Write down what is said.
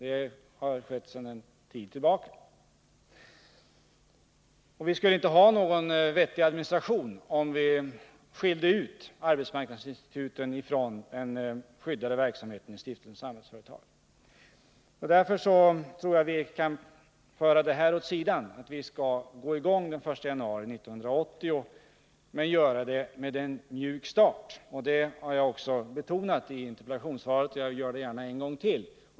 Och vi skulle inte ha någon vettig administration om vi skiljde arbetsmarknadsinstituten från den skyddade verksamheten i stiftelsen Samhällsföretag. Vi skall gå i gång den 1 januari 1980 men göra det med en mjukstart. Det har jag också betonat i interpellationssvaret, och jag gör det gärna en gång till.